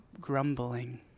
grumbling